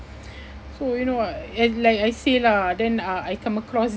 so you know what and like I say lah then uh I come across